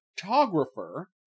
photographer